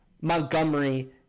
Montgomery